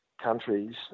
countries